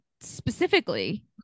specifically